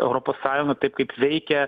europos sąjunga taip kaip veikia